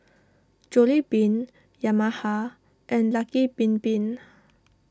Jollibean Yamaha and Lucky Bin Bin